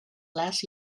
last